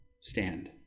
stand